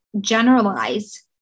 generalize